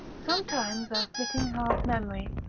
sometimes a flitting half-memory,